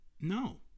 no